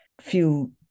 Feel